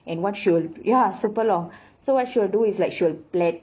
and what she will ya super long so what she will do is like she will plait